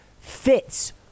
fits